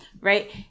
right